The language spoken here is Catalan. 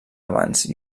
abans